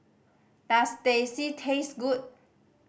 does Teh C taste good